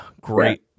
great